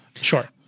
Sure